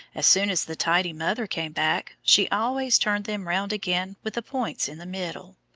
as soon as the tidy mother came back, she always turned them round again with the points in the middle.